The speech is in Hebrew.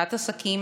פתיחת עסקים.